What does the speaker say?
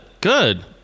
good